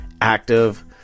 active